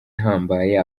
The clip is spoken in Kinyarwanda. ihambaye